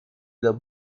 the